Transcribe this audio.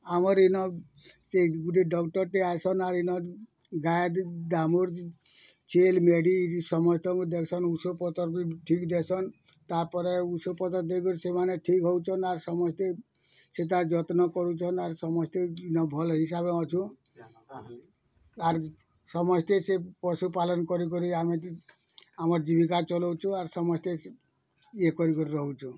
ଆମର୍ ଇନ ସେ ଗୁଟେ ଡକ୍ଟର୍ଟେ ଆଏସନ୍ ଆର ଇନ ଗାଏ ଦାମୁର୍ ଛେଲ୍ ମେଢ଼ି ସମସ୍ତଙ୍କୁ ଦେଖ୍ସନ୍ ଓଷୋ ପତର୍ ବି ଠିକ୍ ଦେସନ୍ ତା'ପରେ ଓଷୋ ପତର୍ ଦେଇକରି ସେମାନେ ଠିକ୍ ହଉଛନ୍ ଆର୍ ସମସ୍ତେ ସେଟାର୍ ଯତ୍ନ କରୁଛନ୍ ଆର୍ ସମସ୍ତେ ଇନ ଭଲ୍ ହିସାବେ ଅଛୁ ଆର୍ ସମସ୍ତେ ସେ ପଶୁପାଲନ୍ କରି କରି ଆମେ ଆମର୍ ଜୀବିକା ଚଲଉଛୁ ଆର୍ ସମସ୍ତେ ଇଏ କରି କରି ରହୁଚୁଁ